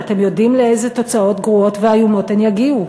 כשאתם יודעים לאיזה תוצאות גרועות ואיומות הם יגיעו?